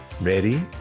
Ready